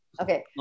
Okay